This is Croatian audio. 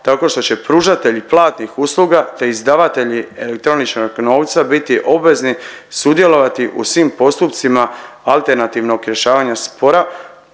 tako što će pružatelji platnih usluga te izdavatelji elektroničnog novca biti obvezni sudjelovati u svim postupcima alternativnog rješavanja spora